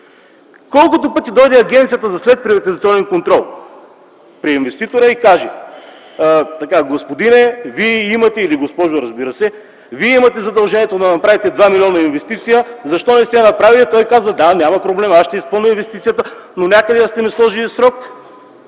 Колкото пъти дойде Агенцията за следприватизационен контрол при инвеститора и каже: „Господине - или госпожо, разбира се, Вие имате задължението да направите 2 млн. инвестиция, защо не сте я направили?”, той казва: „Да, няма проблем, аз ще изпълня инвестицията, но някъде да сте ми сложили срок?”.